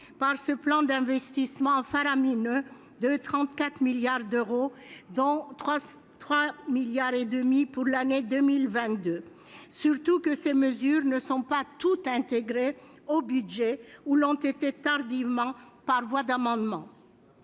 par ce plan d'investissement faramineux de 34 milliards d'euros, dont 3,5 milliards d'euros pour l'année 2022. Surtout, ces mesures ne sont pas toutes intégrées au budget ou l'ont été tardivement par voie d'amendements.